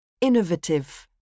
Innovative